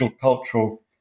cultural